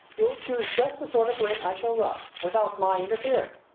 you'll choose just the sort of ring i shall love, without my interfering.